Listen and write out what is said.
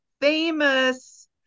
famous